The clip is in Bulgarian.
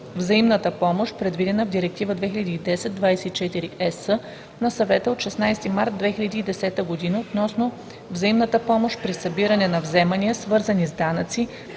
взаимната помощ, предвидена в Директива 2010/24/ЕС на Съвета от 16 март 2010 г. относно взаимната помощ при събиране на вземания, свързани с данъци,